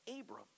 Abram